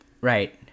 Right